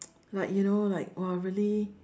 like you know like !wah! really